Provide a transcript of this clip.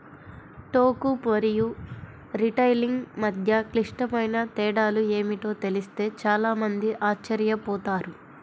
టోకు మరియు రిటైలింగ్ మధ్య క్లిష్టమైన తేడాలు ఏమిటో తెలిస్తే చాలా మంది ఆశ్చర్యపోతారు